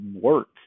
work